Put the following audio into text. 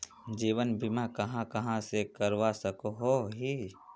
जीवन बीमा कहाँ कहाँ से करवा सकोहो ही?